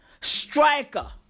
Striker